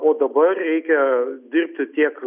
o dabar reikia dirbti tiek